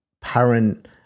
parent